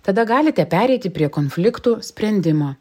tada galite pereiti prie konfliktų sprendimo